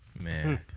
Man